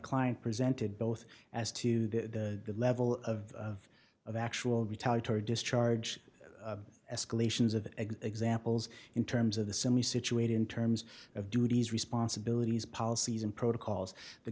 client presented both as to the level of of actual retaliatory discharge escalations of examples in terms of the semi situated in terms of duties responsibilities policies and protocols the